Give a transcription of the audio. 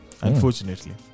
unfortunately